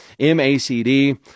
MACD